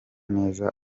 neza